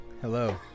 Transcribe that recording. hello